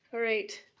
right,